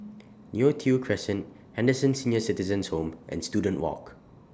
Neo Tiew Crescent Henderson Senior Citizens' Home and Student Walk